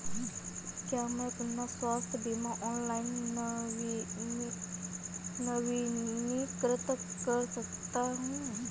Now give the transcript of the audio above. क्या मैं अपना स्वास्थ्य बीमा ऑनलाइन नवीनीकृत कर सकता हूँ?